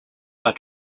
are